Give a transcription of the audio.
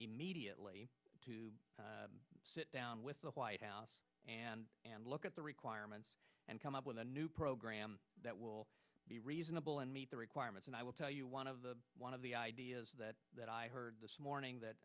immediately sit down with the white house and look at the requirements and come up with a new program that will be reasonable and meet the requirements and i will tell you one of the one of the ideas that i heard this morning that